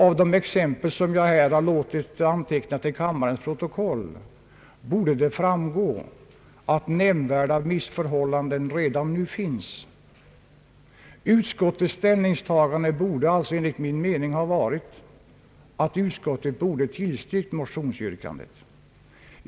Av de exempel som jag här har låtit anteckna till kammarens protokoll borde det framgå att nämnvärda missförhållanden redan nu råder. Utskottets ställningstagande borde alltså enligt min mening ha resulterat i ett tillstyrkande av motionsyrkandet.